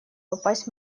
попасть